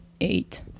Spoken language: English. eight